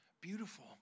beautiful